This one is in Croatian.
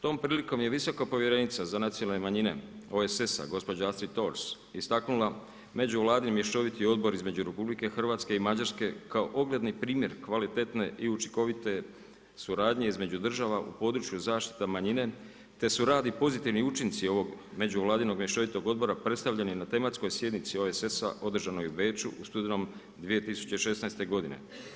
Tom prilikom je visoka povjerenica za nacionalne manjine OESS-a gospođa Astrid Thors istaknula Međuvladin mješoviti odbor između RH i Mađarske kao ogledni primjer kvalitetne i učinkovite suradnje između država u području zaštita manjine te su rad i pozitivni učinci ovog međuvladinog mješovitog odbora predstavljeni na tematskoj sjednici OESS održanoj u Beču u studenom 2016. godine.